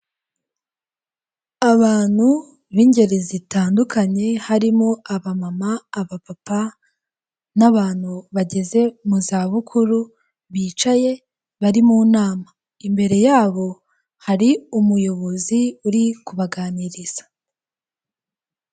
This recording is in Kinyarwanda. Abantu b'ingeri zitandukanye harimo abamama abapapa n'abantu bageze mu za bukuru bicaye bari mu nama imbere yabo hari umuyobozi uri kubaganiriza.